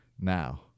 Now